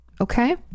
Okay